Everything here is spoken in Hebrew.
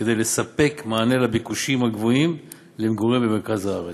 כדי לספק מענה לביקושים הגבוהים למגורים במרכז הארץ.